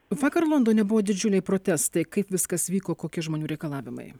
vakar londone buvo didžiuliai protestai kaip viskas vyko kokie žmonių reikalavimai